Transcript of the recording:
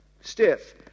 stiff